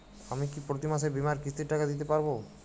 আমি কি প্রতি মাসে বীমার কিস্তির টাকা দিতে পারবো?